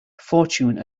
fortune